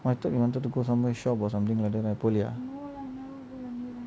I thought you wanted to go somewhere shop or something like that பொலிய:poliya